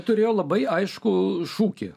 turėjau labai aiškų šūkį